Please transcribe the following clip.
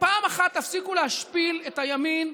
פעם אחת תפסיקו להשפיל את הימין,